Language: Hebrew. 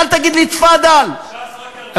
אל תגיד לי "תפאדל" כי,